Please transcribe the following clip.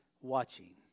watching